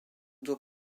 doit